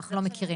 אנחנו לא מכירים.